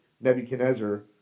Nebuchadnezzar